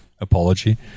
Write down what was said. Apology